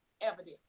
evidence